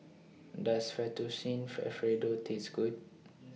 Does Fettuccine Alfredo Taste Good